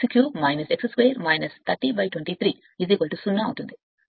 ప్రతిక్షేపం అయితే ఈ సమీకరణం x3 0 30 230 అవుతుంది